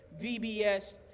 VBS